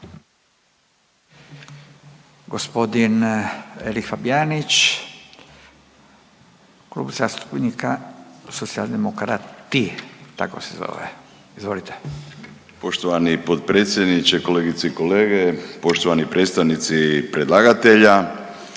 Gospodin Erik Fabijanić Klub zastupnika Socijaldemokrati tako se zove, izvolite. **Fabijanić, Erik (Nezavisni)** Poštovani potpredsjedniče, kolegice i kolege, poštovani predstavnici predlagatelja.